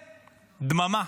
דממה.